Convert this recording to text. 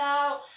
out